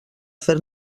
fer